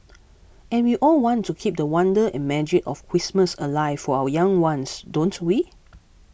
and we all want to keep the wonder and magic of Christmas alive for our young ones don't we